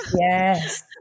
yes